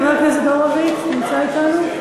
חבר הכנסת הורוביץ נמצא אתנו?